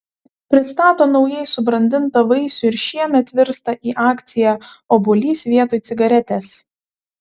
pristato naujai subrandintą vaisių ir šiemet virsta į akciją obuolys vietoj cigaretės